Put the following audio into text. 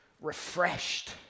refreshed